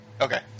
Okay